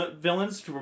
villains